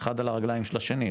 אחד על הרגליים של השני,